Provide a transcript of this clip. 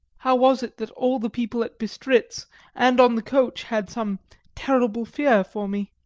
how was it that all the people at bistritz and on the coach had some terrible fear for me?